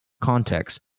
context